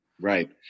right